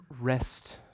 rest